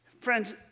friends